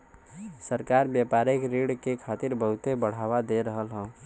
सरकार व्यापारिक ऋण के खातिर बहुत बढ़ावा दे रहल हौ